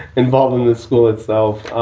involved in the school itself